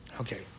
Okay